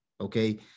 Okay